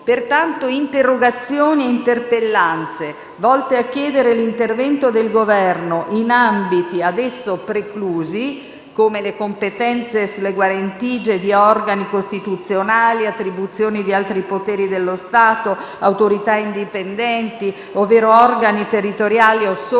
Pertanto, interrogazioni e interpellanze volte a chiedere l'intervento del Governo in ambiti ad esso preclusi (come le competenze guarentigiate di organi costituzionali, attribuzioni di altri poteri dello Stato, autorità indipendenti, ovvero organi territoriali o sovranazionali,